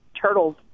turtles